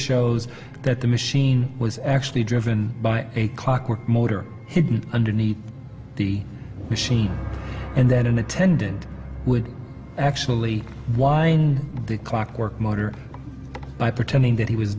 shows that the machine was actually driven by a clockwork motor hidden underneath the machine and then an attendant would actually wind the clockwork motor by pretending that he was